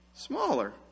smaller